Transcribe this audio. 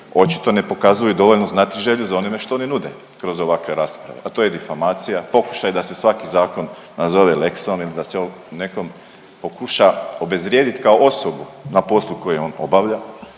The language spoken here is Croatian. očito ne pokazuju dovoljno znatiželju za onime što oni nude kroz ovakve rasprave, a to je difamacija, pokušaj da se svaki zakon nazove leksonim da se o nekom pokuša obezvrijedit kao osobu na poslu koji on obavlja